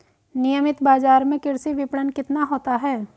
नियमित बाज़ार में कृषि विपणन कितना होता है?